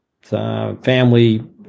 family